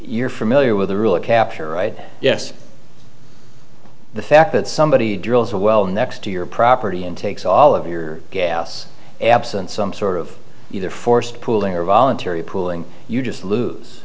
you're familiar with the rule of capture right yes the fact that somebody drills a well next to your property and takes all of your gas absent some sort of either forced pooling or voluntary pooling you just lose